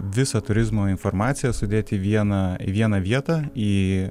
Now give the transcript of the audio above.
visą turizmo informaciją sudėti į vieną į vieną vietą į